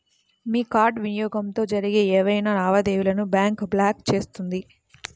మీ card వినియోగంతో జరిగే ఏవైనా లావాదేవీలను బ్యాంక్ బ్లాక్ చేస్తుంది